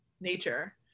nature